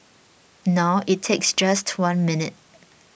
now it takes just one minute